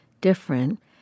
different